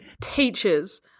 teachers